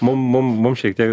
mum mum mum šiek tie